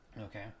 Okay